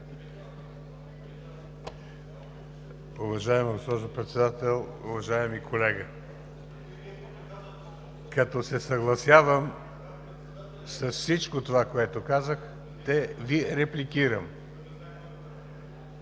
Уважаема госпожо Председател! Уважаеми колега, като се съгласявам с всичко това, което казахте, Ви репликирам.